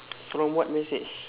from what message